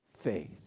faith